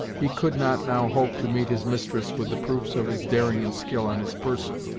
he could not now hope to meet his mistress with the proofs of his daring and skill on his person,